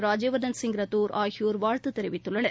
ராஜ்பவர்தன் சிங் ரத்தோர் ஆகியோர் வாழ்த்து தெரிவித்துள்ளனர்